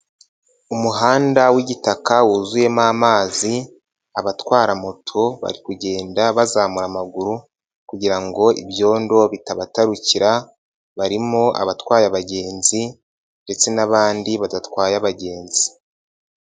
Umuhanda w'igitaka wuzuyemo amazi, abatwara moto bari kugenda bazamura amaguru kugira ngo ibyondo bitabatarukira, barimo abatwaye abagenzi ndetse n'abandi badatwaye abagenzi.